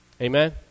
amen